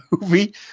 movie